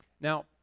Now